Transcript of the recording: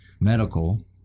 Medical